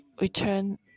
return